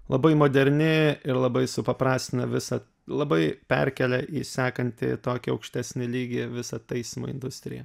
labai moderni ir labai supaprastina visą labai perkelia į sekantį tokį aukštesnį lygį visą taisymo industriją